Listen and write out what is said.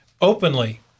openly